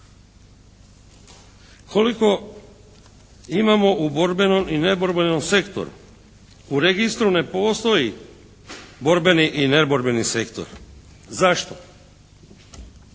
Koliko imamo u borbenom i neborbenom sektoru? U registru ne postoji borbeni i neborbeni sektor. Zašto?